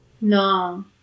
No